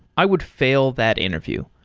i would fail that interview.